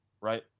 right